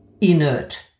inert